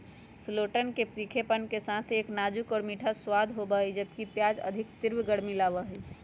शैलोट्सवन में तीखेपन के साथ एक नाजुक और मीठा स्वाद होबा हई, जबकि प्याज अधिक तीव्र गर्मी लाबा हई